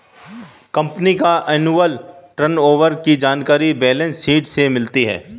company का annual turnover की जानकारी बैलेंस शीट से मिलती है